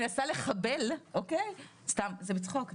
מנסה לחבל, סתם זה בצחוק נכון?